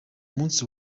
munsi